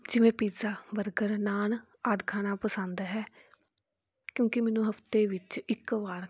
ਜਿਵੇਂ pizza burger naan ਆਦਿ ਖਾਣਾ ਪਸੰਦ ਹੈ ਕਿਉਂਕਿ ਮੈਨੂੰ ਹਫਤੇ ਵਿੱਚ ਇੱਕ ਵਾਰ